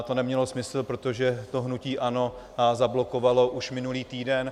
To nemělo smysl, protože to hnutí ANO zablokovalo už minulý týden.